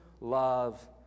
love